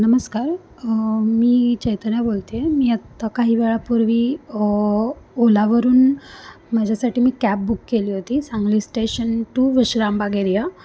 नमस्कार मी चेतना बोलते आहे मी आत्ता काही वेळापूर्वी ओलावरून माझ्यासाठी मी कॅब बुक केली होती Sangli station to Vishram Bag area